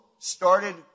started